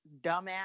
dumbass